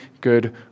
good